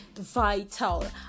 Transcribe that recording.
vital